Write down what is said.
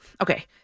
okay